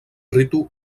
ritu